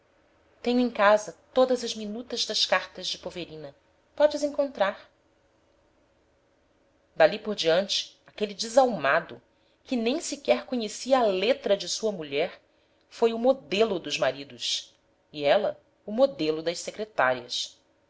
em casa todas as minutas das cartas de poverina podes encontrar dali por diante aquele desalmado que nem sequer conhecia a letra de sua mulher foi o modelo dos maridos e ela o modelo das secretárias